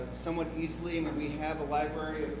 somewhat easily and we have a library